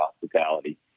hospitality